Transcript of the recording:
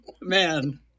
Man